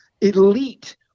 elite